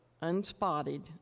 unspotted